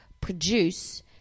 produce